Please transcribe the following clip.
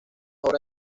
obras